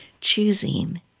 choosing